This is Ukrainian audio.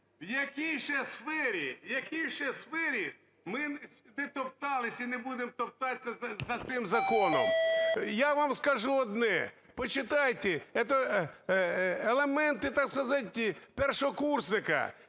в якій ще сфері ми не топтались і не будемо топтатися за цим законом. Я вам скажу одне: почитайте, це елементи, так